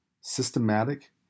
systematic